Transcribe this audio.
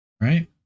Right